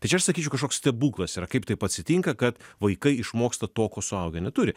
tai čia aš sakyčiau kažkoks stebuklas yra kaip taip atsitinka kad vaikai išmoksta to ko suaugę neturi